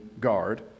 guard